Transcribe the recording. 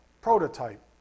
prototype